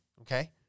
okay